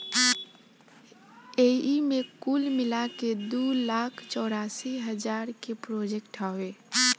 एईमे कुल मिलाके दू लाख चौरासी हज़ार के प्रोजेक्ट बावे